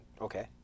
Okay